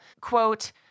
quote